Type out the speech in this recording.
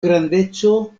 grandeco